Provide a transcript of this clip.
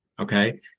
Okay